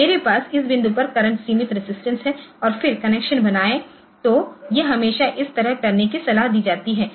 तो मेरे पास इस बिंदु पर करंट सीमित रेजिस्टेंस है और फिर कनेक्शन बनाएं तो यह हमेशा इस तरह करने की सलाह दी जाती है